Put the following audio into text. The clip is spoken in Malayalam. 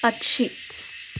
പക്ഷി